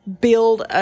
build